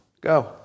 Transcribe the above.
Go